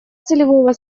целевого